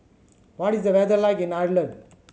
what is the weather like in Ireland